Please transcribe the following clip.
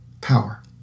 Power